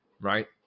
Right